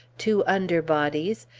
two under-bodies,